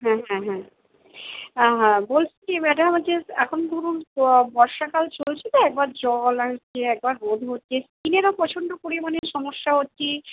হ্যাঁ হ্যাঁ হ্যাঁ হ্যাঁ হ্যাঁ বলছি যে ম্যাডাম ওই যে এখন ধরুন বর্ষাকাল চলছে তো একবার জল আসছে একবার রোদ হচ্ছে স্কিনেরও প্রচন্ড পরিমাণে সমস্যা হচ্ছে